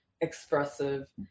expressive